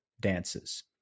dances